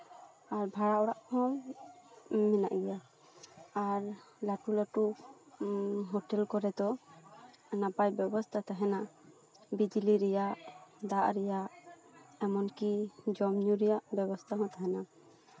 ᱟᱨ ᱵᱷᱟᱲᱟ ᱚᱲᱟᱜ ᱠᱚᱦᱚᱸ ᱢᱮᱱᱟᱜ ᱜᱮᱭᱟ ᱟᱨ ᱞᱟᱹᱴᱩ ᱞᱟᱹᱴᱩ ᱦᱳᱴᱮᱞ ᱠᱚᱨᱮ ᱫᱚ ᱱᱟᱯᱟᱭ ᱵᱮᱵᱚᱥᱛᱷᱟ ᱛᱟᱦᱮᱸᱱᱟ ᱵᱤᱡᱽᱞᱤ ᱨᱮᱭᱟᱜ ᱫᱟᱜ ᱨᱮᱭᱟᱜ ᱮᱢᱚᱱ ᱠᱤ ᱡᱚᱢ ᱧᱩ ᱨᱮᱭᱟᱜ ᱵᱮᱵᱚᱥᱛᱷᱟ ᱦᱚᱸ ᱛᱟᱦᱮᱸᱱᱟ